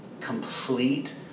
complete